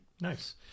nice